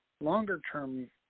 Longer-term